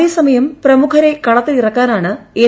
അതേസമയം പ്രമുഖരെ കളത്തിലിറക്കാനാണ് എൻ